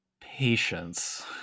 patience